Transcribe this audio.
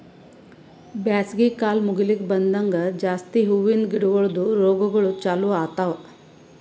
ಬ್ಯಾಸಗಿ ಕಾಲ್ ಮುಗಿಲುಕ್ ಬಂದಂಗ್ ಜಾಸ್ತಿ ಹೂವಿಂದ ಗಿಡಗೊಳ್ದು ರೋಗಗೊಳ್ ಚಾಲೂ ಆತವ್